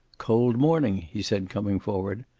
cold morning, he said, coming forward.